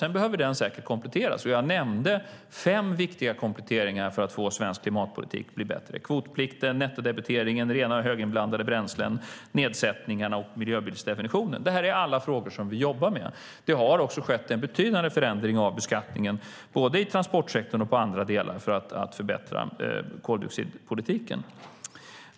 Sedan behöver den säkert kompletteras, och jag nämnde fem viktiga kompletteringar för att få svensk klimatpolitik att bli bättre - kvotplikten, nettodebiteringen, rena och höginblandade bränslen, nedsättningarna och miljöbilsdefinitionen. Allt detta är frågor vi jobbar med. Det har också skett en betydande förändring av beskattningen både i transportsektorn och i andra delar för att förbättra koldioxidpolitiken.